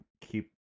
keep